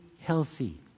healthy